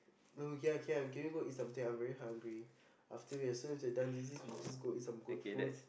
no yeah yeah can we go eat something I'm very hungry after we are soon as we are done with this we just go and eat some good food